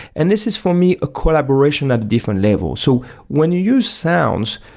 and this is for me a collaboration at a different level so when you use sounds,